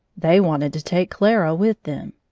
they wanted to take clara with them.